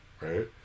right